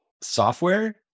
software